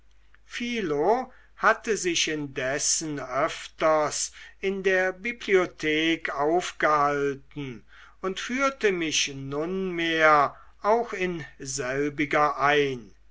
philo hatte sich indessen öfters in der bibliothek aufgehalten und führte mich nunmehr auch in selbiger ein